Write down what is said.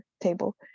table